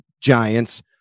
Giants